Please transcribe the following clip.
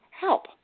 help